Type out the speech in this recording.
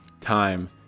time